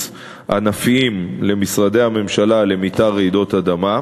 ענפיים למשרדי הממשלה למתאר רעידות אדמה,